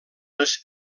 les